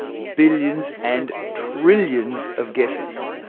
billions and trillions of guesses.